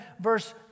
verse